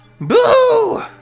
BOO